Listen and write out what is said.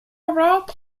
wrote